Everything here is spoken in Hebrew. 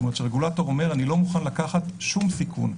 כלומר הרגולטור אומר שהוא לא מוכן לקחת שום סיכון.